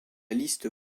liste